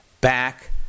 back